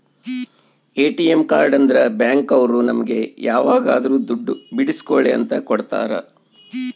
ATM card ಅಂದ್ರ bank ಅವ್ರು ನಮ್ಗೆ ಯಾವಾಗದ್ರು ದುಡ್ಡು ಬಿಡ್ಸ್ಕೊಳಿ ಅಂತ ಕೊಡ್ತಾರ